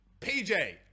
PJ